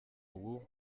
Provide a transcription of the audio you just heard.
w’u